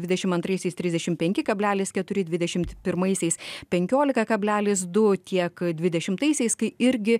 dvidešim antraisiais trisdešim penki kablelis keturi dvidešimt pirmaisiais penkiolika kablelis du tiek dvidešimtaisiais kai irgi